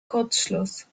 kurzschluss